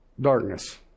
darkness